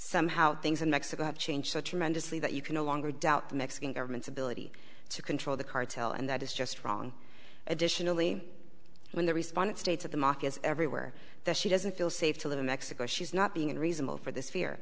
somehow things in mexico have changed so tremendously that you can no longer doubt the mexican government's ability to control the cartel and that is just wrong additionally when the responded states of the markets everywhere that she doesn't feel safe to live in mexico she's not being unreasonable for this fear